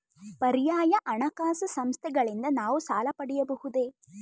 ಪರ್ಯಾಯ ಹಣಕಾಸು ಸಂಸ್ಥೆಗಳಿಂದ ನಾವು ಸಾಲ ಪಡೆಯಬಹುದೇ?